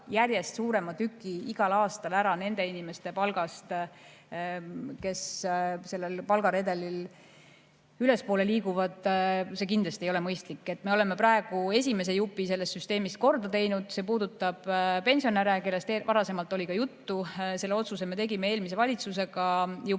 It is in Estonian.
järjest suurema tüki igal aastal ära nende inimeste palgast, kes palgaredelil ülespoole liiguvad – see kindlasti ei ole mõistlik.Me oleme praegu esimese jupi sellest süsteemist korda teinud. See puudutab pensionäre, kellest varasemalt oli juba juttu. Selle otsuse me tegime juba eelmise valitsusega ja